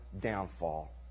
downfall